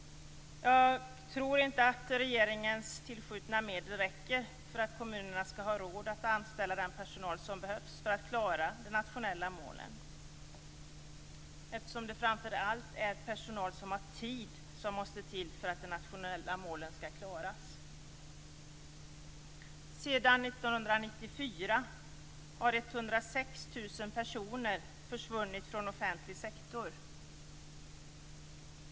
Jag tror inte att regeringens tillskjutna medel räcker för att kommunerna skall ha råd att anställa den personal som behövs för att klara de nationella målen. Det är framför allt personal som har tid som måste till för att man skall klara de nationella målen. Sedan 1994 har 106 000 personer försvunnit från offentlig sektor.